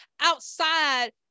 outside